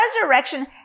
resurrection